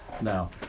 Now